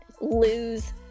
lose